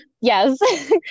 yes